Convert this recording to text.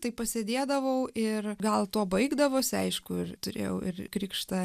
tai pasėdėdavau ir gal tuo baigdavosi aišku ir turėjau ir krikštą